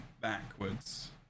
backwards